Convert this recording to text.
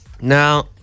Now